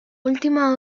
última